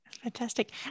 Fantastic